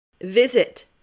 Visit